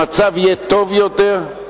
המצב יהיה טוב יותר?